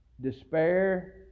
despair